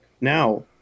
Now